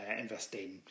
investing